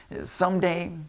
someday